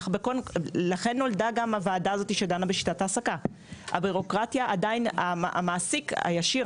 לכן נולדה הוועדה הזו שדנה בשיטת ההעסקה; המעסיק הישיר,